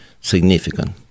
significant